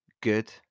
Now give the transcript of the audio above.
good